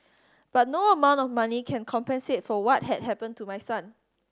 but no amount of money can compensate for what had happened to my son